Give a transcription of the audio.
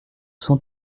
sont